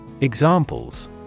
Examples